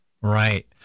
Right